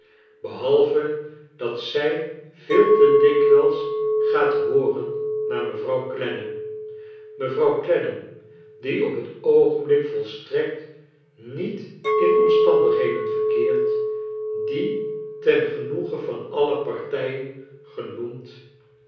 behalve dat zij veel te dikwijls gaat hooren naar mevrouw clennam mevrouw clennam die op het oogenblik volstrekt niet in omstandigheden verkeert die ten genoege van alle partijen genoemd